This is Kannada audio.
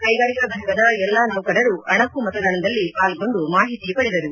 ಕೈಗಾರಿಕಾ ಫಟಕದ ಎಲ್ಲಾ ನೌಕರರು ಅಣಕು ಮತದಾನದಲ್ಲಿ ಪಾಲ್ಗೊಂಡು ಮಾಹಿತಿ ಪಡೆದರು